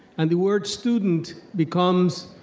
and the word student becomes